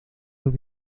los